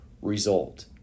Result